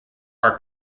are